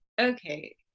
okay